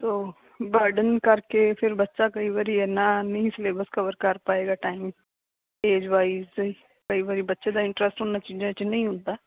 ਤਾਂ ਬਰਡਨ ਕਰਕੇ ਫੇਰ ਬੱਚਾ ਕਈ ਵਾਰੀ ਇੰਨਾਂ ਨਹੀਂ ਸਿਲੇਬਸ ਕਵਰ ਕਰ ਪਾਏਗਾ ਟਾਈਮ ਏਜ ਵਾਇਜ ਕਈ ਵਾਰੀ ਬੱਚੇ ਦਾ ਇੰਟ੍ਰਸਟ ਉਨ੍ਹਾਂ ਚੀਜ਼ਾਂ 'ਚ ਨਹੀਂ ਹੁੰਦਾ